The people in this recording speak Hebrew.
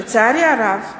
לצערי הרב,